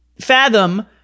fathom